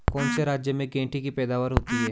कौन से राज्य में गेंठी की पैदावार होती है?